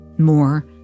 more